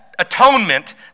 Atonement